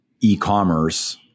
e-commerce